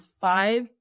five